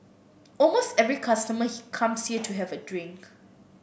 almost every customer comes here to have a drink